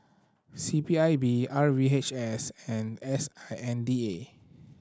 C P I B R V H S and S I N D A